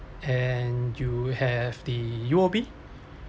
and you have the U_O_B